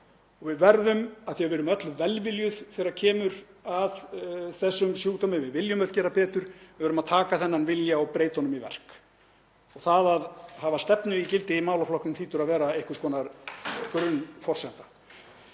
Við verðum, af því við erum öll velviljuð þegar kemur að þessum sjúkdómi og við viljum öll gera betur, að taka þennan vilja og breyta honum í verk. Það að hafa stefnu í gildi í málaflokknum hlýtur að vera einhvers konar grunnforsenda.